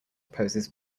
poses